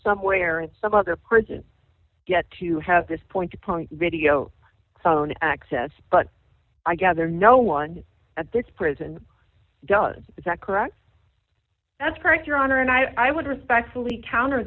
somewhere and some other person get to have this point to point video phone access but i gather no one at this prison does is that correct that's correct your honor and i would respectfully counter